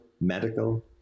medical